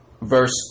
verse